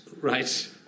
Right